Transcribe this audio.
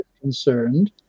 Concerned